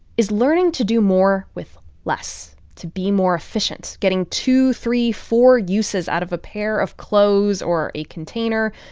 is learning to do more with less to be more efficient, getting two, three, four uses out of a pair of clothes or a container,